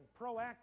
proactive